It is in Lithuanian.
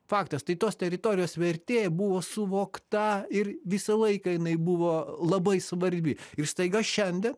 faktas tai tos teritorijos vertė buvo suvokta ir visą laiką jinai buvo labai svarbi ir staiga šiandien